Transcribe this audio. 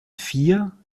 vier